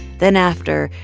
then after,